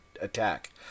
attack